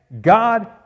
God